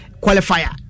qualifier